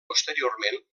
posteriorment